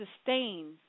sustain